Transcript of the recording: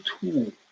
tool